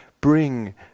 bring